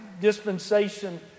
dispensation